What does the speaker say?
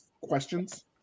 questions